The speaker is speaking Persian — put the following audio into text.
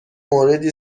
موردی